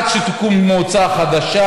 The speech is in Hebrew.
עד שתקום מועצה חדשה,